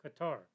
Qatar